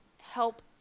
help